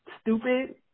stupid